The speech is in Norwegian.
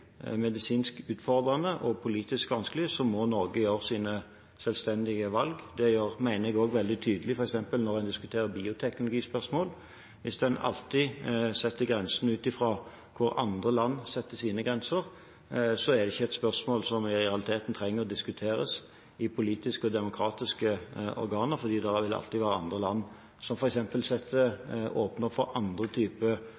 medisinsk utfordrende og politisk vanskelige, må Norge gjøre sine selvstendige valg. Det gjør en også, mener jeg, veldig tydelig f.eks. når en diskuterer bioteknologispørsmål. Hvis en alltid setter grensene ut fra hvor andre land setter sine grenser, er det ikke spørsmål som i realiteten trenger å diskuteres i politiske og demokratiske organer, for det vil alltid være andre land som